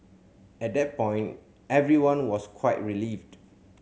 at that point everyone was quite relieved